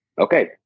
okay